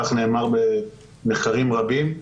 כך נאמר במחקרים רבים,